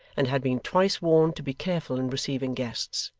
and had been twice warned to be careful in receiving guests.